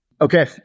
Okay